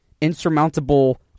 insurmountable